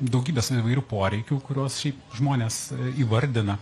daugybės įvairių poreikių kuriuos šiaip žmonės įvardina